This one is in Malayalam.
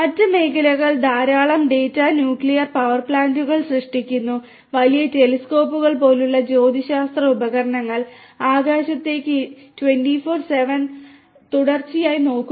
മറ്റ് മേഖലകൾ ധാരാളം ഡാറ്റാ ന്യൂക്ലിയർ പവർ പ്ലാന്റുകൾ സൃഷ്ടിക്കുന്നു വലിയ ടെലിസ്കോപ്പുകൾ പോലുള്ള ജ്യോതിശാസ്ത്ര ഉപകരണങ്ങൾ ആകാശത്തേക്ക് 24x7 തുടർച്ചയായി നോക്കുന്നു